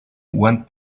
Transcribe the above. went